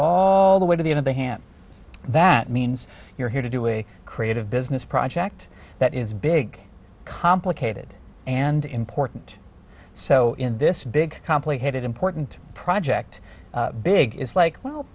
all the way to the end of the hand that means you're here to do a creative business project that is big complicated and important so in this big complicated important project big is like well